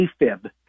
Afib